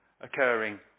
occurring